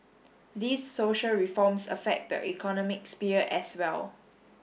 these social reforms affect the economic sphere as well